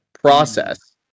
process